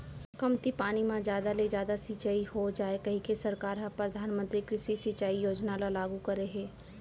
कमती पानी म जादा ले जादा सिंचई हो जाए कहिके सरकार ह परधानमंतरी कृषि सिंचई योजना ल लागू करे हे